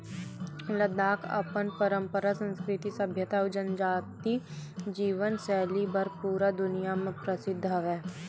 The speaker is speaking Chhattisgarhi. लद्दाख अपन पंरपरा, संस्कृति, सभ्यता अउ जनजाति जीवन सैली बर पूरा दुनिया म परसिद्ध हवय